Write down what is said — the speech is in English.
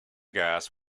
gas